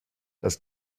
das